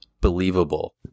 believable